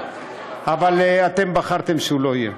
אבל אתם בחרתם שהוא לא יהיה.